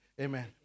Amen